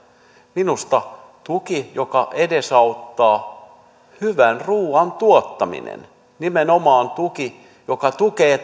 minusta tuki joka edesauttaa hyvän ruuan tuottamista nimenomaan tuki joka tukee